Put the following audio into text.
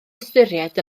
ystyried